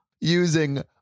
Using